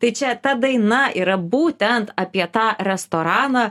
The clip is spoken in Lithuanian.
tai čia ta daina yra būtent apie tą restoraną